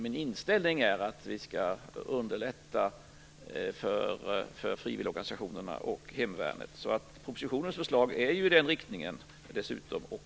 Min inställning är att vi skall underlätta för frivilligorganisationerna och hemvärnet. Propositionens förslag är ju dessutom i den riktningen.